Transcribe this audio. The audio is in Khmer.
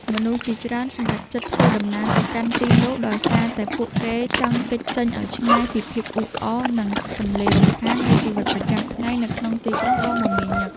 មនុស្សជាច្រើនសម្រេចចិត្តធ្វើដំណើរទៅកាន់ទីនោះដោយសារតែពួកគេចង់គេចចេញឱ្យឆ្ងាយពីភាពអ៊ូអរ និង សំឡេងរំខាននៃជីវិតប្រចាំថ្ងៃនៅក្នុងទីក្រុងដ៏មមាញឹក។